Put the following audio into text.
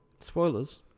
Spoilers